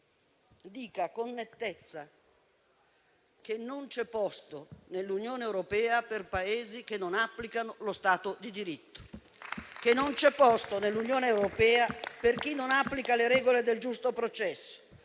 dica con nettezza che non c'è posto nell'Unione europea per Paesi che non applicano lo Stato di diritto; non c'è posto nell'Unione europea per chi non applica le regole del giusto processo;